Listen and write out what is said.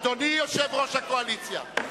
אדוני יושב-ראש הקואליציה,